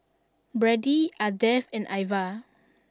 Brady Ardeth and Iva